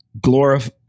glorify